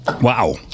Wow